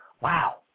Wow